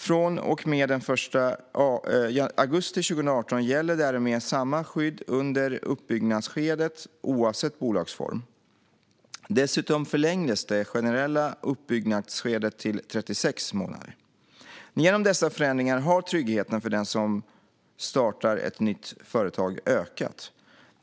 Från och med den 1 augusti 2018 gäller därmed samma skydd under uppbyggnadsskedet, oavsett bolagsform. Dessutom förlängdes det generella uppbyggnadsskedet till 36 månader. Genom dessa förändringar har tryggheten för den som startar ett nytt företag ökat.